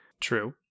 True